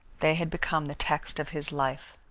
they had become the text of his life.